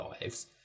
lives